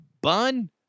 bun